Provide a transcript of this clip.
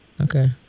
Okay